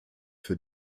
für